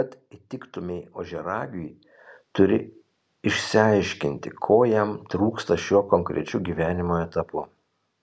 kad įtiktumei ožiaragiui turi išsiaiškinti ko jam trūksta šiuo konkrečiu gyvenimo etapu